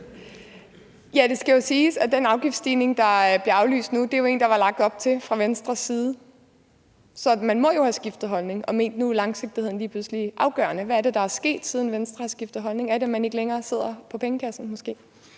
Det skal jo siges, at den afgiftsstigning, der bliver aflyst nu, er en, der var lagt op til fra Venstres side, så man må jo have skiftet holdning og ment, at langsigtetheden nu pludselig er afgørende. Hvad er det, der er sket, siden Venstre har skiftet holdning? Er det måske, at man ikke længere sidder på pengekassen?